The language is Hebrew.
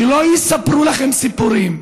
שלא יספרו לכם סיפורים.